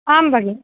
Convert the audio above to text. आं भगिनि